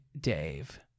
Dave